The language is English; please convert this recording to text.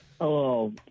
Hello